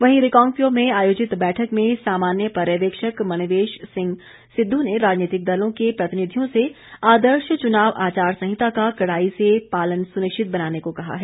वहीं रिकांगपिओ में आयोजित बैठक में सामान्य पर्यवेक्षक मनवेश सिंह सिद्ध ने राजनीतिक दलों के प्रतिनिधियों से आदर्श चुनाव आचार संहिता का कड़ाई से पालन सुनिश्चित बनाने को कहा है